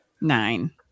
Nine